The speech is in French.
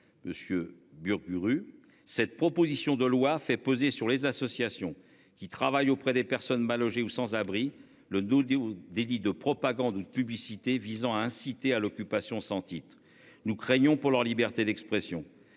Monsieur Burguburu. Cette proposition de loi fait peser sur les associations qui travaillent auprès des personnes mal logées ou sans abri, le. Délit de propagande ou de publicité visant à inciter à l'occupation sans titre. Nous craignons pour leur liberté d'expression.